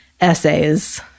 essays